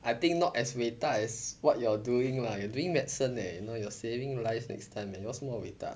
I think not as 伟大 as what you're doing lah you're doing medicine leh you know you're saving lives next time leh yours more 伟大